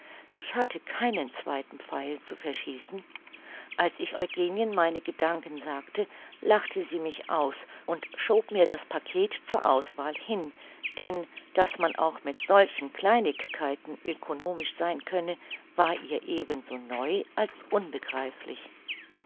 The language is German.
ich hatte keinen zweiten pfeil zu verschießen als ich eugenien meine gedanken sagte lachte sie mich aus und schob mir das packet zur auswahl hin denn daß man auch mit solchen kleinigkeiten ökonomisch sein könne war ihr eben so neu als unbegreiflich